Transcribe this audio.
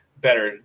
better